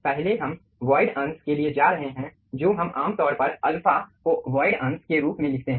पहले हम वॉइड अंश के लिए जा रहे हैं जो हम आमतौर पर अल्फा को वॉइड अंश के रूप में लिखते हैं